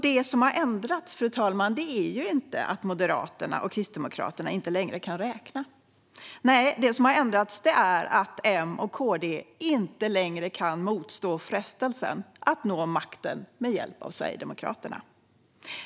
Det som har ändrats, fru talman, är inte att Moderaterna och Kristdemokraterna inte längre kan räkna. Nej, det som har ändrats är att M och KD inte längre kan motstå frestelsen att nå makten med hjälp av Sverigedemokraterna.